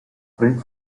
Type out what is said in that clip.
print